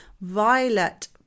violet